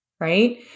right